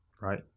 right